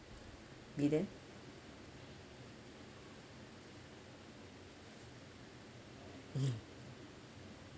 bee lian hmm